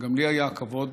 שגם לי היה הכבוד